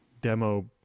demo